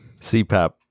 CPAP